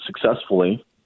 successfully